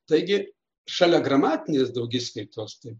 taigi šalia gramatinės daugiskaitos taip